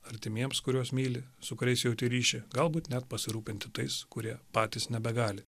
artimiems kuriuos myli su kuriais jauti ryšį galbūt net pasirūpinti tais kurie patys nebegali